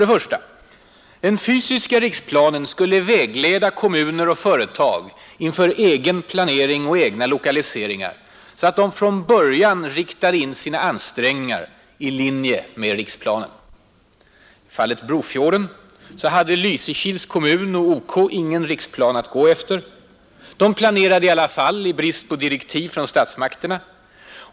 1) Den fysiska riksplanen skulle vägleda kommuner och företag inför egen planering och egna lokaliseringar, så att de från början riktade in sina ansträngningar i linje med riksplanen. I fallet Brofjorden hade Lysekils kommun och OK ingen riksplan att gå efter. De planerade i alla fall i brist på direktiv från statsmakterna.